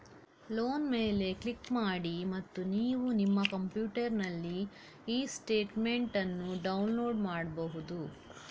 loan ಮೇಲೆ click ಮಾಡಿ ಮತ್ತು ನೀವು ನಿಮ್ಮ ಕಂಪ್ಯೂಟರಿನಲ್ಲಿ ಇ ಸ್ಟೇಟ್ಮೆಂಟ್ ಅನ್ನು ಡೌನ್ಲೋಡ್ ಮಾಡ್ಬಹುದು